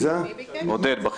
בסדר.